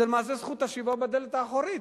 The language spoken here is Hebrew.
זה למעשה זכות השיבה בדלת האחורית.